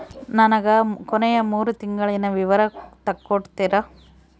ನನಗ ಕೊನೆಯ ಮೂರು ತಿಂಗಳಿನ ವಿವರ ತಕ್ಕೊಡ್ತೇರಾ?